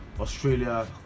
australia